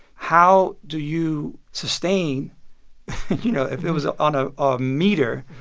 how do you sustain you know, if it was ah on ah a meter,